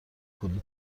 کلی